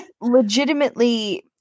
legitimately